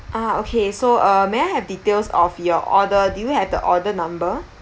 ah okay so uh may I have details of your order do you have the order number